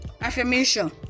Affirmation